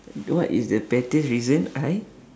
what is the pettiest reason I